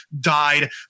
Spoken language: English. died